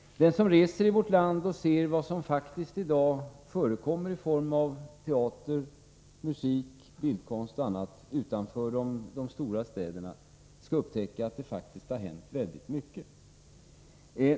Den som reser i vårt land och ser vad som faktiskt i dag förekommer i form av teater, musik, bildkonst och annat utanför de största städerna skall upptäcka att det har hänt väldigt mycket.